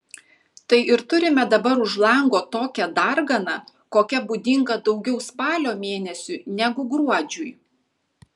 tai ir turime dabar už lango tokią darganą kokia būdinga daugiau spalio mėnesiui negu gruodžiui